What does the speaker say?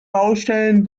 baustellen